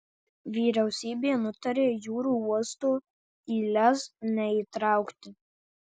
vyriausybė nutarė jūrų uosto į lez neįtraukti